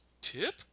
Tip